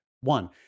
One